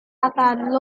akan